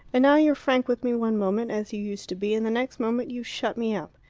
and now you're frank with me one moment, as you used to be, and the next moment you shut me up.